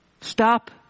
stop